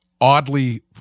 oddly